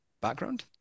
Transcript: background